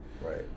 right